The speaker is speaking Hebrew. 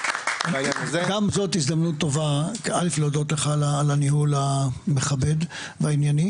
גם זאת הזדמנות טובה א' להודות לך על הניהול המכבד והענייני.